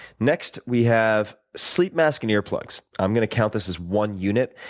next, we have sleep mask and ear plugs. i'm going to count this as one unit.